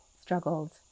struggled